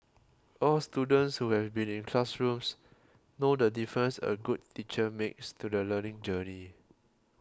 all students who have been in classrooms know the difference a good teacher makes to the learning journey